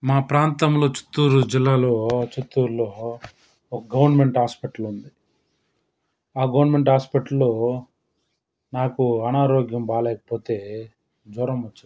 మా ప్రాంతంలో చిత్తూరు జిల్లాలో చిత్తూరులో ఒక గవర్నమెంట్ హాస్పిటల్ ఉంది ఆ గవర్నమెంట్ హాస్పిటల్లో నాకు అనారోగ్యం బాగాలేకపోతే జ్వరం వచ్చింది